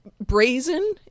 brazen